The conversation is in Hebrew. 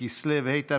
ה' בכסלו התשפ"ג,